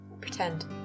pretend